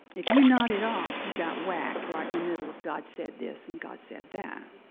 if you nodded off, you got whacked right in the middle of god said this, and god said that.